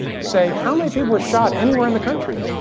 say, how many people were shot anywhere in the country?